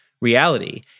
reality